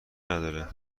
نداره